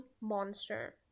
monster